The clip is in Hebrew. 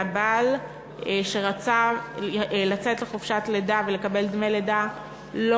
והבעל שרצה לצאת לחופשת לידה ולקבל דמי לידה לא